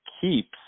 keeps